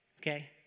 okay